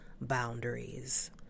boundaries